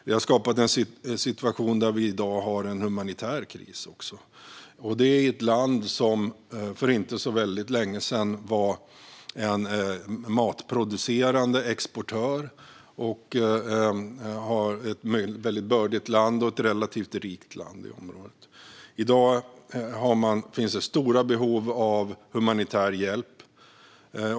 Det har skapat en situation där vi i dag också har en humanitär kris, och det i ett land som för inte så länge sedan var en matproducerande exportör och ett bördigt och relativt rikt land. I dag finns det stora behov av humanitär hjälp.